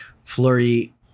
flurry